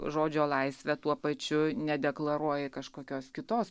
žodžio laisvę tuo pačiu nedeklaruoji kažkokios kitos